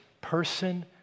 person